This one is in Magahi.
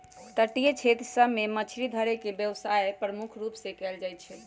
तटीय क्षेत्र सभ में मछरी धरे के व्यवसाय प्रमुख रूप से कएल जाइ छइ